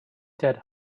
dead